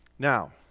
Now